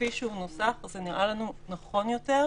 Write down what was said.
כפי שהוא מנוסח, זה נראה לנו נכון יותר.